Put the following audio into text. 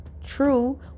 True